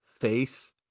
face